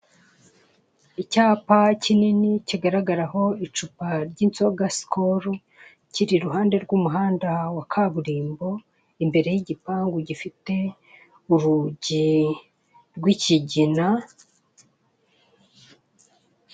Icyapa kinini kigaragaraho icupa ry'inzoga Sikoru, kiri iruhande rw'umuhanda wa kaburimbo, imbere y'igipangu gifite urugi rw'ikigina.